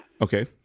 Okay